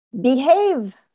behave